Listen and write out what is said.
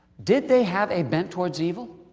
did they have a bent towards evil?